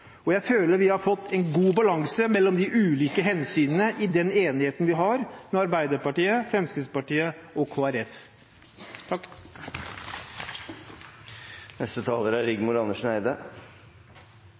og jeg føler vi har fått en god balanse mellom de ulike hensynene i den enigheten vi har med Arbeiderpartiet, Fremskrittspartiet og Kristelig Folkeparti. Stortingsmeldinga om bestandsmål og ulvesoner er